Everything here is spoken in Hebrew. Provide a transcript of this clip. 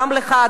גם לך,